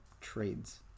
trades